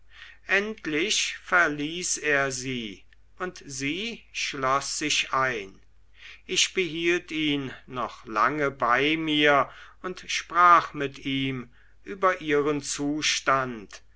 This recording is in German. endlich verließ er sie und sie schloß sich ein ich behielt ihn noch lange bei mir und sprach mit ihm über ihren zustand